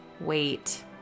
wait